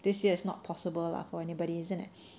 this year is not possible lah for anybody isn't it